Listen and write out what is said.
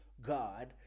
God